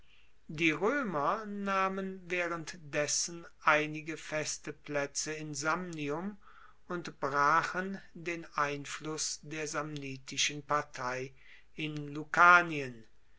die roemer nahmen waehrend dessen einige feste plaetze in samnium und brachen den einfluss der samnitischen partei in lucanien